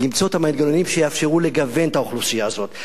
למצוא את המנגנונים שיאפשרו לגוון את האוכלוסייה הזאת.